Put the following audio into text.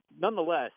nonetheless